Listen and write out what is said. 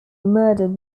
murdered